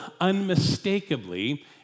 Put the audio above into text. unmistakably